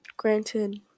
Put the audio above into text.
Granted